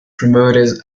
promoted